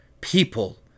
people